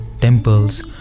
temples